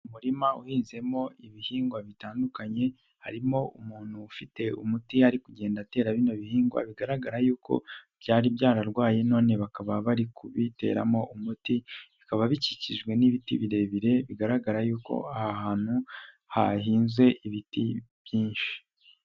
Umurima uhinzemo ibihingwa bitandukanye harimo umuntu ufite umuti ari kugenda atera bino bihingwa, bigaragara yuko byari byararwaye none bakaba bari kubiteramo umuti bikaba bikikijwe n'ibiti birebire bigaragara yuko aha hantu hahinze ibiti byinshi.